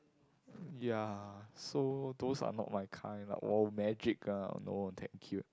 ya so those are not my kind lah oh magic ah no that guild